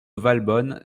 valbonne